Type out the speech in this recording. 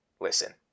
listen